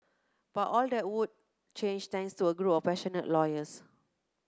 but all that would change thanks to a group of passionate lawyers